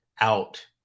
out